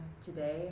today